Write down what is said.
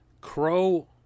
Crow